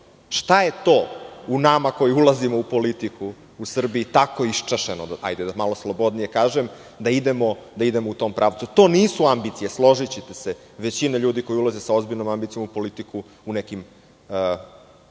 Šta je to u nama koji ulazimo u politiku, u Srbiji, tako iščašeno, da malo slobodnije kažem, da idemo u tom pravcu? To nisu ambicije, složićete se. Većina ljudi koji ulazi sa ozbiljnom ambicijom u politiku u nekim